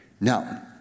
Now